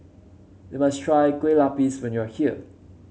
you must try Kueh Lapis when you are here